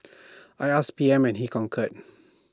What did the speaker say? I asked P M and he concurred